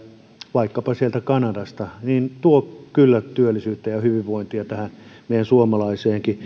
vaikkapa sieltä kanadasta tuo kyllä työllisyyttä ja hyvinvointia tähän meidän suomalaiseen